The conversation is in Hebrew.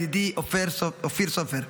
ידידי אופיר סופר,